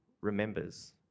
remembers